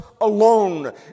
alone